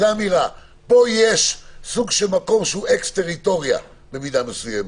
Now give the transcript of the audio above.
פה יש סוג של מקום שהוא אקס-טריטוריה במידה מסוימת.